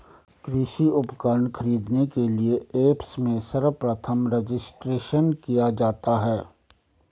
कृषि उपकरण खरीदने के लिए ऐप्स में सर्वप्रथम रजिस्ट्रेशन किया जाता है